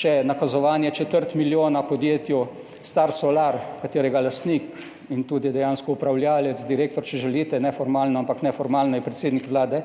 še nakazovanje četrt milijona podjetju Star Solar, katerega lastnik in tudi dejansko upravljavec, direktor, če želite, ne formalno, ampak neformalno je predsednik Vlade,